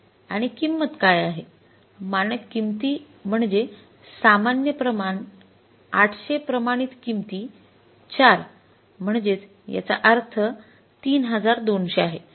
आणि किंमत काय आहे मानक किंमती म्हणजे सामान्य प्रमाण ८०० प्रमाणित किंमती ४ म्हणजेच याचा अर्थ ३२०० आहे